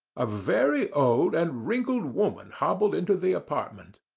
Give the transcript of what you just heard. a very old and wrinkled woman hobbled into the apartment.